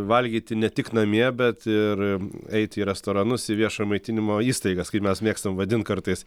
valgyti ne tik namie bet ir eiti į restoranus į viešo maitinimo įstaigas kaip mes mėgstam vadint kartais